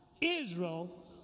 Israel